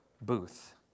booth